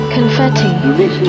Confetti